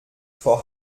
vor